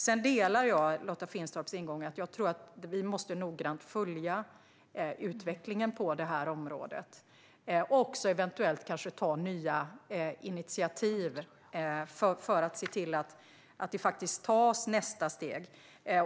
Jag delar Lotta Finstorps ingång - jag tror att vi noggrant måste följa utvecklingen på detta område och eventuellt också ta nya initiativ för att se till att nästa steg faktiskt tas.